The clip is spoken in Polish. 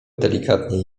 delikatnie